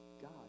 God